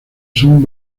son